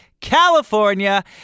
California